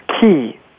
key